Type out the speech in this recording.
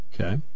Okay